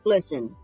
Listen